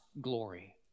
glory